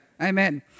Amen